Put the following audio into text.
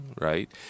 right